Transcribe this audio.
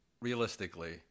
realistically